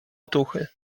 otuchy